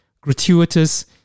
gratuitous